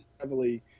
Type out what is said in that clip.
heavily